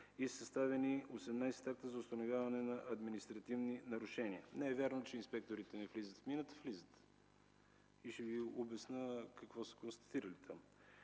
съставени 18 акта за установяване административни нарушения. Не е вярно, че инспекторите не влизат в мините – влизат. Ще Ви обясня и какво са констатирали там.